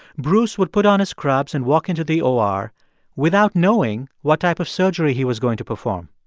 bruce would put on his scrubs and walk into the or without knowing what type of surgery he was going to perform.